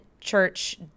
church